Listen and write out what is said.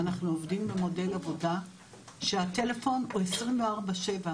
אנחנו עובדים במודל עבודה שהטלפון הוא 24/7,